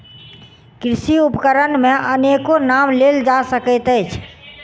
कृषि उपकरण मे अनेको नाम लेल जा सकैत अछि